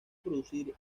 producir